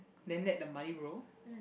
then let the money roll